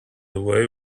away